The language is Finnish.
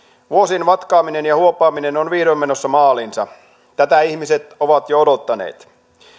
vuosien vatkaaminen ja huopaaminen on vihdoin menossa maaliinsa tätä ihmiset ovat jo odottaneet